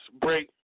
break